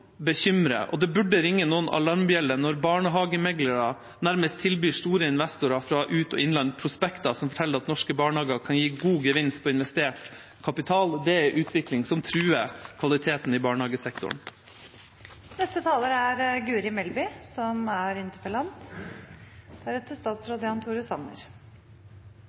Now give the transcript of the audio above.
og det burde ringe noen alarmbjeller når barnehagemeglere nærmest tilbyr store investorer fra ut- og innland prospekter som forteller at norske barnehager kan gi god gevinst på investert kapital. Det er en utvikling som truer kvaliteten i barnehagesektoren. Jeg er